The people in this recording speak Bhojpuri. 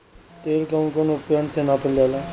तेल कउन कउन उपकरण से नापल जाला?